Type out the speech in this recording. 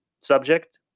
subject